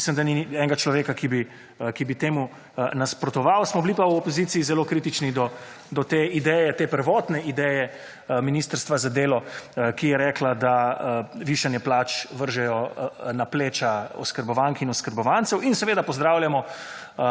mislim, da ni enega človeka, ki bi temu nasprotoval, **28. TRAK: (TB) – 12.15** (nadaljevanje) smo bili pa v opoziciji zelo kritični do te ideje, te prvotne ideje, Ministrstva za delo, ki je rekla, da višanje plač vržejo na pleča oskrbovank in oskrbovancev in seveda, pozdravljamo